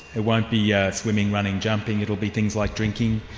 it won't be yeah swimming, running, jumping, it'll be things like drinking,